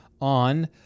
on